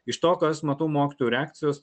iš to ką aš matau mokytojų reakcijos